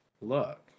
look